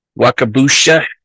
Wakabusha